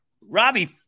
Robbie